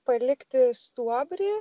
palikti stuobrį